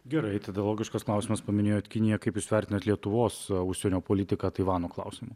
gerai tada logiškas klausimas paminėjot kiniją kaip jūs vertinat lietuvos užsienio politiką taivano klausimu